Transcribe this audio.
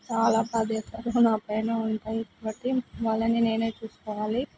చాలా బాధ్యతలు నా పైన ఉంటాయి కాబట్టి వాళ్ళని నేనే చూసుకోవాలి